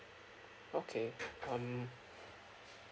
okay um